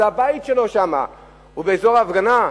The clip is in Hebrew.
הבית שלו שם, באזור ההפגנה.